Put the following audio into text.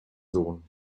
sohn